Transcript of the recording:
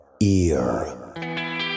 ear